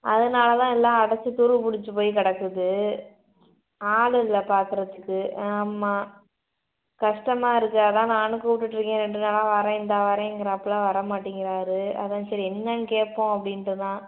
அதனால் தான் எல்லாம் அடச்சு துரு பிடிச்சி போயி கிடக்குது ஆளு இல்லை பார்க்கறதுக்கு ஆமாம் கஷ்டமாக இருக்குது அதான் நானும் கூப்பிடுட்டு இருக்கேன் ரெண்டு நாளாக வரேன் இந்தா வரேங்கிறாப்புல வர மாட்டேங்கிறாரு அதான் சரி என்னென்னு கேட்போம் அப்படின்ட்டு தான்